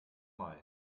mai